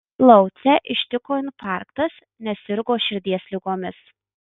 laucę ištiko infarktas nes sirgo širdies ligomis